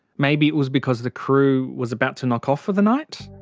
maybe it was because the crew was about to knock off for the night?